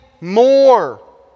more